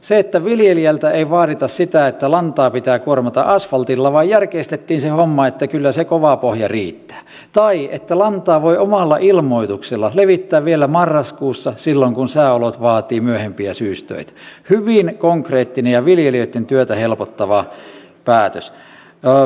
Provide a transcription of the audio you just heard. se että viljelijältä ei vaadita sitä että lantaa pitää kuormata asfaltilla vaan järkeistettiin se homma että kyllä se kova pohja riittää tai että lantaa voi omalla ilmoituksella levittää vielä marraskuussa silloin kun sääolot vaativat myöhempiä syystöitä on hyvin konkreettinen ja viljelijöitten työtä helpottava päätös